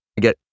get